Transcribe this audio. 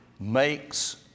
makes